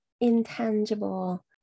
intangible